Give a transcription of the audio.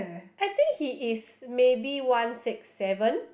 I think he is maybe one six seven